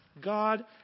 god